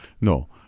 No